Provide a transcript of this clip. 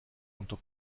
unter